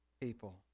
people